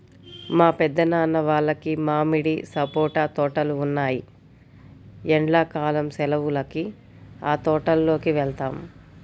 మా పెద్దనాన్న వాళ్లకి మామిడి, సపోటా తోటలు ఉన్నాయ్, ఎండ్లా కాలం సెలవులకి ఆ తోటల్లోకి వెళ్తాం